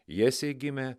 jesei gimė